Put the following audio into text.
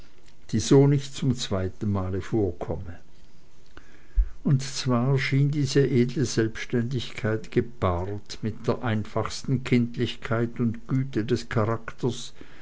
die so nicht zum zweiten male vorkomme und zwar schien diese edle selbständigkeit gepaart mit der einfachsten kindlichkeit und güte des charakters